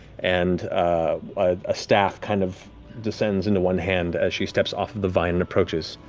and a staff kind of descends into one hand, as she steps off of the vine and approaches.